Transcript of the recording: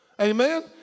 Amen